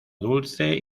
dulce